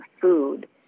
food